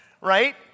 right